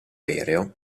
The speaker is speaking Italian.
aereo